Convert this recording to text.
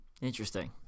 Interesting